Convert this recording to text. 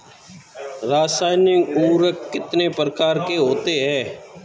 रासायनिक उर्वरक कितने प्रकार के होते हैं?